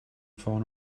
falling